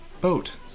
Boat